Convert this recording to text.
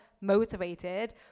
motivated